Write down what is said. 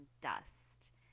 dust